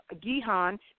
Gihon